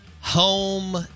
home